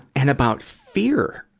and about fear.